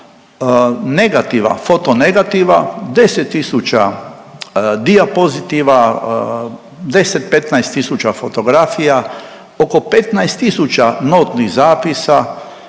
negativa, foto negativa, 10 tisuća dijapozitiva, 10,15 tisuća fotografija oko 15 tisuća notnih zapisa,